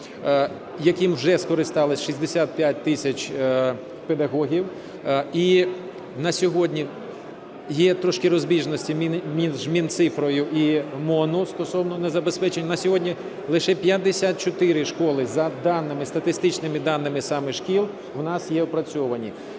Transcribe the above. яким вже скористались 65 тисяч педагогів. І на сьогодні є трошки розбіжності з Мінцифрою і МОНом стосовно незабезпечень. На сьогодні лише 54 школи за статистичними даними саме шкіл в нас є опрацьовані.